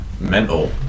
Mental